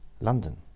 London